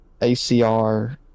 ACR